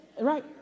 Right